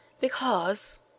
Because